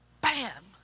Bam